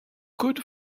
good